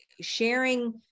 sharing